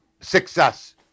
success